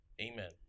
amen